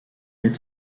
est